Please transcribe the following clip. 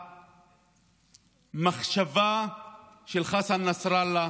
המחשבה של חסן נסראללה